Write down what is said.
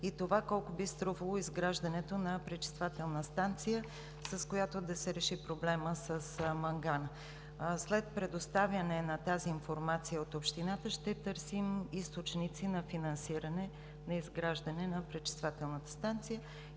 и това колко би струвало изграждането на пречиствателна станция, с която да се реши проблемът с мангана. След предоставяне на тази информация от Общината, ще търсим източници на финансиране, на изграждане на пречиствателната станция